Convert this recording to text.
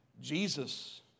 Jesus